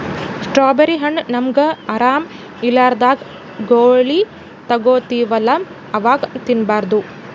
strawberry ಹಣ್ಣ್ ನಮ್ಗ್ ಆರಾಮ್ ಇರ್ಲಾರ್ದಾಗ್ ಗೋಲಿ ತಗೋತಿವಲ್ಲಾ ಅವಾಗ್ ತಿನ್ಬಾರ್ದು